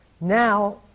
Now